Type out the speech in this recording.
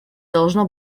должно